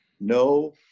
No